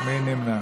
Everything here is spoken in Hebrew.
מי נמנע?